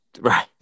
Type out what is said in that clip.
Right